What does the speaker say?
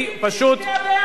ציפי לבני הצביעה בעד.